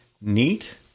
Neat